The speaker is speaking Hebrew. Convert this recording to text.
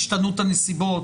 השתנות הנסיבות,